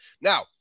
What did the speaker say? Now